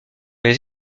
les